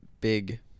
big